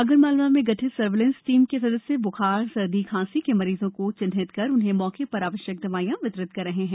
आगरमालवा में गठित surveillance team के सदस्य बुखार सर्दी खांसी के मरीजों की चिन्हित कर उन्हें मौके पर आवश्यक दवाईयां वितरित कर रहे हैं